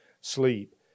sleep